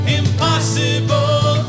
impossible